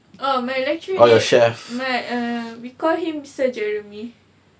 oh my lecturer name my err we call him sir jeremy